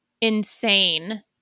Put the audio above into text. insane